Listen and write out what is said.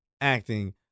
acting